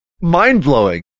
mind-blowing